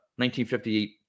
1958